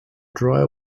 dry